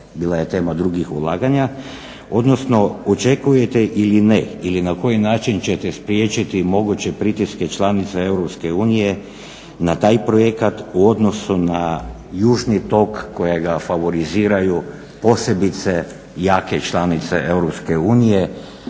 bila je tema drugih ulaganja, odnosno očekujete ili ne ili na koji način ćete spriječiti moguće pritiske članica EU na taj projekat u odnosu na južni tok kojega favoriziraju posebice jake članice EU,